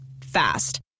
Fast